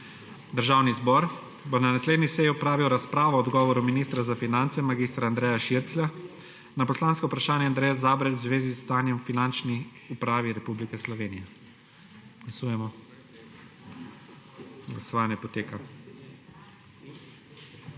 Državni zbor bo na naslednji seji opravil razpravo o odgovoru ministra za finance mag. Andreja Širclja na poslansko vprašanje Andreje Zabret v zvezi s stanjem v Finančni upravi Republike Slovenije.